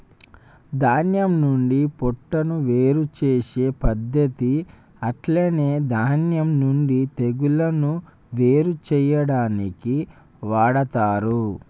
ధాన్యం నుండి పొట్టును వేరు చేసే పద్దతి అట్లనే ధాన్యం నుండి తెగులును వేరు చేయాడానికి వాడతరు